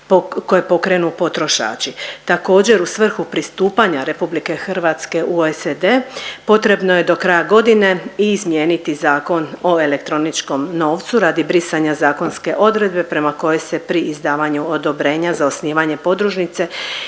koje pokrenu potrošači. Također u svrhu pristupanja RH u OECD potrebno je do kraja godine i izmijeniti Zakon o elektroničkom novcu radi brisanja zakonske odredbe prema kojoj se pri izdavanju odobrenja za osnivanje podružnice